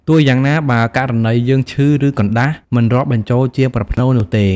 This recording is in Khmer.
ទោះយ៉ាងណា បើករណីយើងឈឺ ការកណ្ដាស់មិនរាប់បញ្វូលជាប្រផ្នូលនោះទេ។